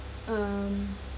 um